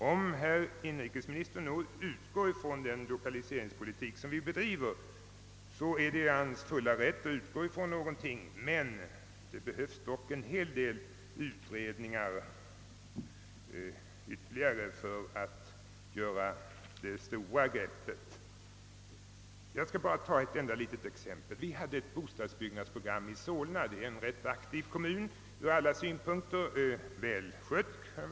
Om statsrådet Johansson utgår från den lokaliseringspolitik om vi bedriver så är det hans fulla rätt, men det behövs i alla fall en hel del ytterligare utredningar, när man skall föra ut denna nya giv! Låt mig bara ta ett enda exempel. Solna är en rätt aktiv och — kan jag väl också säga välskött kommun.